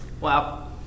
Wow